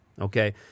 Okay